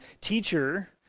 teacher